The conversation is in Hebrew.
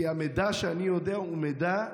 כי המידע שאני יודע הוא מידע